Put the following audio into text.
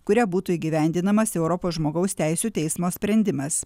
kuria būtų įgyvendinamas europos žmogaus teisių teismo sprendimas